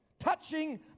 Touching